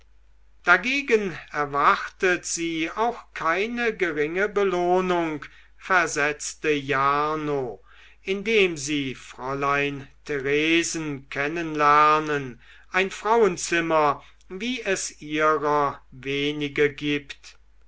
dagegen erwartet sie auch keine geringe belohnung versetzte jarno indem sie fräulein theresen kennen lernen ein frauenzimmer wie es ihrer wenige gibt